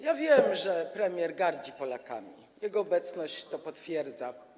Ja wiem, że premier gardzi Polakami, jego obecność to potwierdza.